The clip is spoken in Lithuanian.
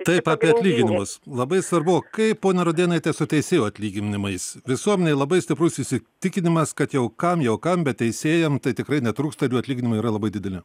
taip apie atlyginimus labai svarbu kaip ponia rudėnaite su teisėjų atlyginimais visuomenėj labai stiprus įsitikinimas kad jau kam jau kam bet teisėjam tai tikrai netrūksta atlyginimai yra labai dideli